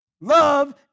Love